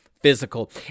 Physical